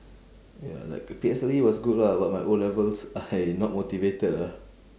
ya like P P_S_L_E was good lah but my O-levels I not motivated lah